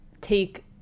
take